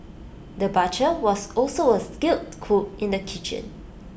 the butcher was also A skilled cook in the kitchen